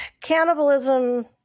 Cannibalism